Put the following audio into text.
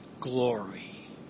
glory